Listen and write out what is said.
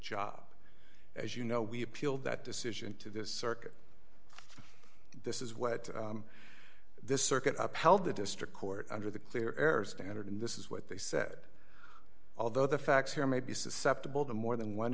job as you know we appealed that decision to this circuit this is what this circuit upheld the district court under the clear air standard and this is what they said although the facts here may be susceptible to more than one